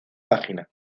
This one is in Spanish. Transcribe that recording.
página